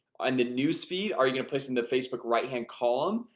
i'm the newsfeed are you gonna place into facebook right hand column?